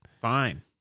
Fine